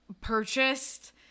purchased